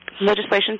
legislation